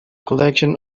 collection